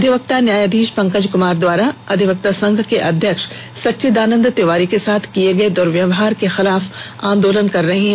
अधिवक्ता न्यायाधीष पंकज कुमार द्वारा अधिवक्ता संघ के अध्यक्ष सचिदानंद तिवारी के साथ किये गये दुर्व्यवहार के खिलाफ आंदोलन कर रहे हैं